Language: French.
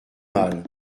mal